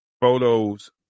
photos